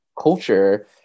culture